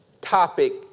topic